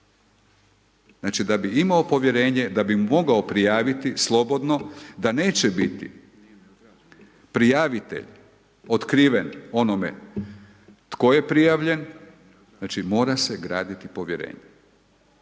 Znači da bi imao povjerenje da bi mogao prijaviti slobodno da neće biti prijavitelj otkriven onome tko je prijavljen, znači mora se graditi povjerenje